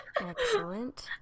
excellent